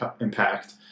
impact